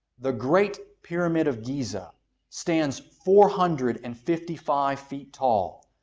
the great pyramid of giza stands four hundred and fifty five feet tall.